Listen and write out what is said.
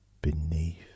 beneath